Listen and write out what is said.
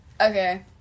Okay